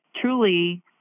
truly